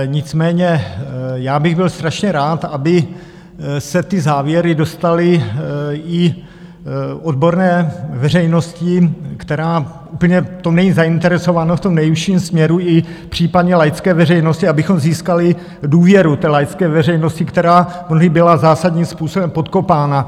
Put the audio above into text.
Nicméně já bych byl strašně rád, aby se ty závěry dostaly i odborné veřejnosti, která úplně v tom není zainteresována v tom nejvyšším směru, i případně laické veřejnosti, abychom získali důvěru té laické veřejnosti, která mnohdy byla zásadním způsobem podkopána.